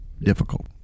difficult